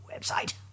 website